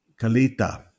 Kalita